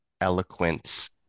eloquence